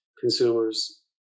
consumers